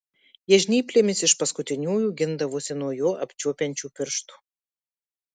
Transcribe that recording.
jie žnyplėmis iš paskutiniųjų gindavosi nuo jo apčiuopiančių pirštų